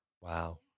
Wow